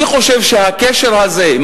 אני חושב שהקשר הזה,